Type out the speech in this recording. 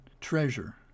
treasure